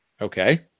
Okay